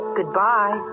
Goodbye